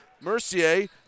Mercier